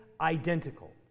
identical